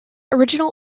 original